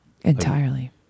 entirely